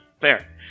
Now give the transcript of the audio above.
fair